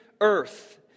earth